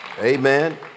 Amen